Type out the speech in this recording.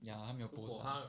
ya 他没有 post 的